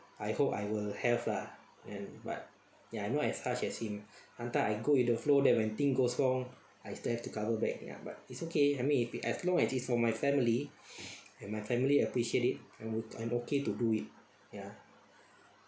I hope I will have lah and but ya not as harsh as him sometime I go with the flow that when thing goes wrong I still have to cover back ya but it's okay I mean if as long as it's for my family and my family appreciate it I'm I'm okay to do it ya